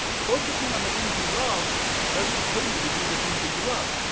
focusing on the things you love doesn't pay you to do the things that you love.